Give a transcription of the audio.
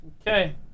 Okay